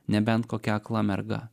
nebent kokia akla merga